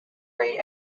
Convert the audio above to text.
rate